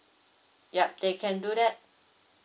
ya they can do that